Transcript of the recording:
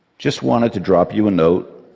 just wanted to drop you a note.